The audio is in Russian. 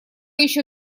еще